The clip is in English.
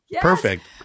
Perfect